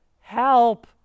Help